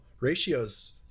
ratios